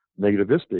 negativistic